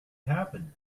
happen